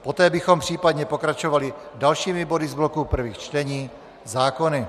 Poté bychom případně pokračovali dalšími body z bloku prvých čtení, zákony.